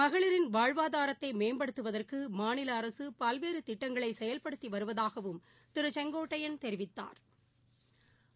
மகளிரின் வாழ்வாதாரத்தை மேம்படுத்துவதற்கு மாநில அரசு பல்வேறு திட்டங்களை செயல்படுத்தி வருவதாகவும் திரு செங்கோட்டையன் தெரிவித்தாா்